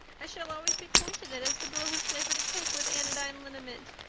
i shall always be pointed at as the girl who flavored a cake with anodyne liniment.